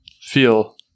feel